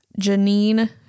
Janine